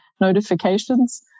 notifications